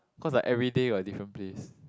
cause I everyday got different place